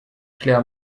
claire